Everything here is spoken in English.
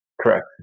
Correct